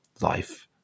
life